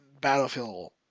battlefield